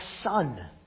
son